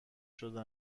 شده